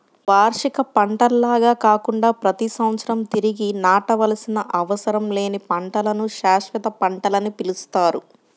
వార్షిక పంటల్లాగా కాకుండా ప్రతి సంవత్సరం తిరిగి నాటవలసిన అవసరం లేని పంటలను శాశ్వత పంటలని పిలుస్తారు